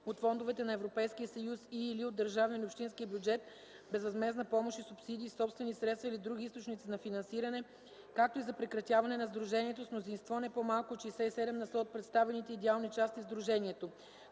от фондовете на Европейския съюз и/или от държавния или общинския бюджет, безвъзмездна помощ и субсидии, собствени средства или други източници на финансиране, както и за прекратяване на сдружението – с мнозинство не по-малко от 67 на сто от представените идеални части в сдружението;